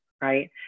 right